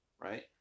right